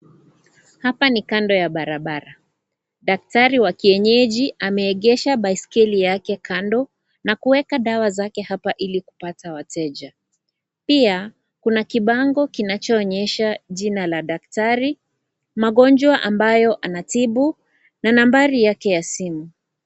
Hapa ni kando ya barabara. Daktari wa kienyeji ameegesha baiskeli yake kando na kuweka dawa zake hapa ili kupata wateja. Pia, kuna kibango kinachoonyesha jina la daktari, magonjwa ambayo anatibu, na nambari yake ya simu.